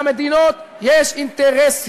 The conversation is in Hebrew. למדינות יש אינטרסים.